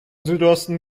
südosten